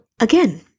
again